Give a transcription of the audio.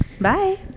Bye